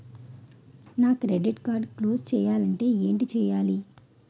నా credit card close చేయాలంటే ఏంటి చేయాలి?